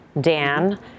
Dan